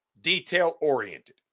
detail-oriented